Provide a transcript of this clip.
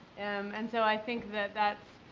and so i think that that's,